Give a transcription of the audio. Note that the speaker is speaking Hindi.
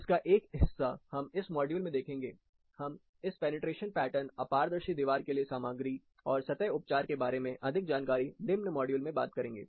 इसका एक हिस्सा हम इस मॉड्यूल में देखेंगे हम इस फ़ेनेस्ट्रेशन पैटर्न अपारदर्शी दीवार के लिए सामग्री और सतह उपचार के बारे में अधिक जानकारी निम्न मॉड्यूल में बात करेंगे